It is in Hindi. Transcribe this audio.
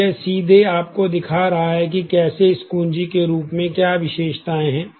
तो यह सीधे आपको दिखा रहा है कैसे इस की कुंजी के रूप में क्या विशेषताएं हैं